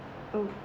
okay